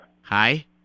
Hi